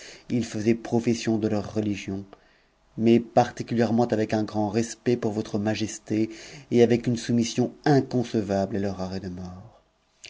ils faisaient profession de leur religion mais particulièrement avec un grand respect pour votre majesté et avec une soumission inconcevable à leur arrêt de mort